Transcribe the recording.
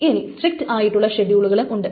ഇനി സ്ട്രിക്റ്റ് ആയിട്ടുള്ള ഷെഡ്യൂളുകളും ഉണ്ട്